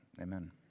amen